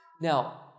Now